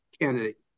candidate